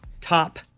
top